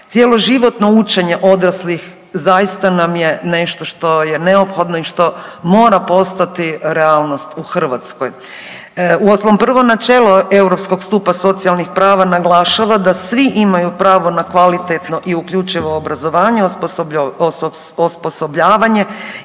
Cjeloživotno učenje odraslih zaista nam je nešto što je neophodno i što mora postati realnost u Hrvatskoj. Uostalom prvo načelo europskog stupa socijalnih prava naglašava da svi imaju pravo na kvalitetno i uključivo obrazovanje, osposobljavanje